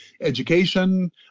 education